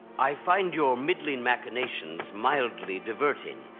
i find your meedly and machinations mildly diverting.